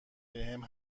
بهم